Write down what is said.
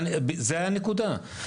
זו הנקודה.